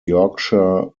yorkshire